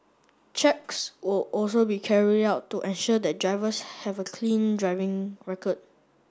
checks all also be carried out to ensure the drivers have a clean driving record